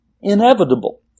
inevitable